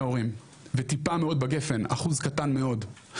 הורים וטיפה מאוד בגפן אחוז קטן מאוד.